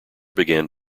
began